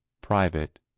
private